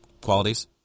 qualities